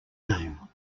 name